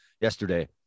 yesterday